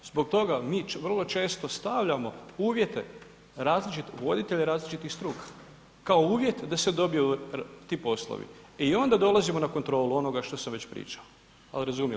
Zbog toga mi vrlo često stavljamo uvjete različite, voditelje različitih struka kao uvjet da se dobiju ti poslovi i onda dolazimo na kontrolu onoga što sam već pričao, ali razumjeli ste.